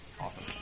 Awesome